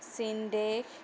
চীন দেশ